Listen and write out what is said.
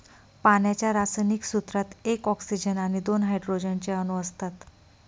पाण्याच्या रासायनिक सूत्रात एक ऑक्सीजन आणि दोन हायड्रोजन चे अणु असतात